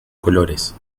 colores